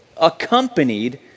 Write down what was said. accompanied